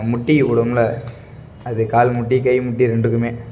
முட்டிக்கு போடுவோம்ல அது கால் முட்டி கை முட்டி ரெண்டுக்குமே